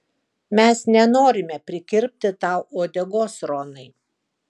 mes nenorime prikirpti tau uodegos ronai